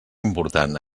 important